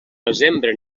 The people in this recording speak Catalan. desembre